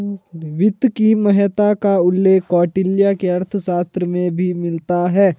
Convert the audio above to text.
वित्त की महत्ता का उल्लेख कौटिल्य के अर्थशास्त्र में भी मिलता है